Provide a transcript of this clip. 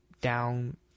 down